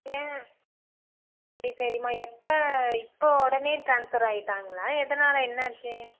ஏன் சரி சரிம்மா எப்போ இப்போ உடனே ட்ரான்ஸர் ஆயிட்டாங்களா எதனால் என்ன ஆச்சு